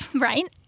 Right